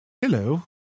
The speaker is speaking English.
Hello